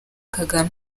kagame